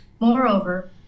Moreover